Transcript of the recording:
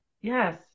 Yes